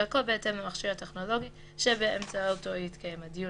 והכול בהתאם למכשיר הטכנולוגי שבאמצעותו יתקיים הדיון,